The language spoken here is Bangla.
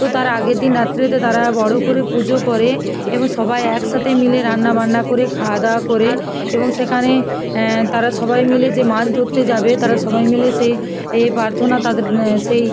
তো তার আগের দিন রাত্রিতে তারা বড়ো করে পুজো করে এবং সবাই একসাথে মিলে রান্না বান্না করে খাওয়া দাওয়া করে এবং সেখানে তারা সবাই মিলে যে মাছ ধরতে যাবে তারা সবাই মিলে সেই এ প্রার্থনা তাদের সেই